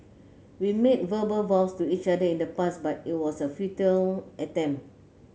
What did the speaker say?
we made verbal vows to each other in the past but it was a futile attempt